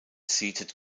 seated